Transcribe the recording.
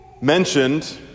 mentioned